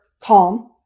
calm